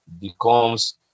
becomes